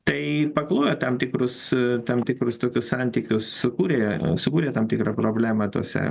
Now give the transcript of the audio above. tai ir paklojo tam tikrus tam tikrus tokius santykius sukūrė sukūrė tam tikrą problemą tose